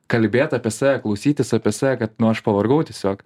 kalbėt apie save klausytis apie save kad nu aš pavargau tiesiog